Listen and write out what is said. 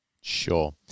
Sure